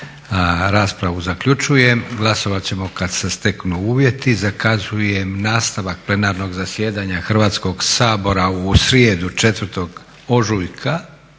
raspravu zaključujem. Glasovat ćemo kad se steknu uvjeti. Zakazujem nastavak plenarnog zasjedanja Hrvatskog sabora u srijedu 4. ožujka